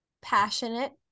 passionate